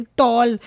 tall